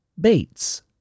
Bates